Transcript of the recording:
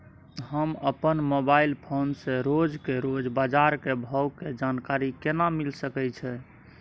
हम अपन mobile phone से रोज के रोज बाजार के भाव के जानकारी केना मिल सके छै?